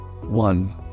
One